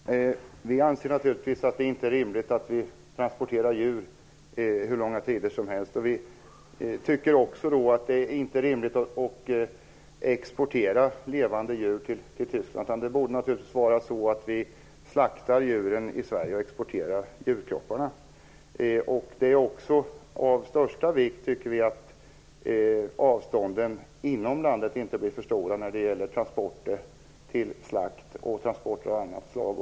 Fru talman! Vi anser naturligtvis inte att det är rimligt att transportera djur hur långa tider som helst. Vi tycker inte heller att det är rimligt att exportera levande djur till Tyskland. Det borde naturligtvis vara så att vi slaktar djuren i Sverige och exporterar djurkropparna. Vi tycker också att det är av största vikt att avstånden inom landet inte blir för stora när det gäller transporter till slakt och transporter av annat slag.